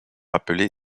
appelée